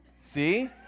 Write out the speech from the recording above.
See